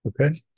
Okay